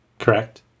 Correct